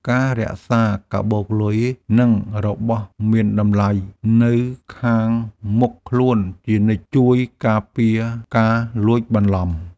ការរក្សាកាបូបលុយ និងរបស់មានតម្លៃនៅខាងមុខខ្លួនជានិច្ច ជួយការពារការលួចបន្លំ។